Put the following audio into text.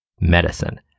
medicine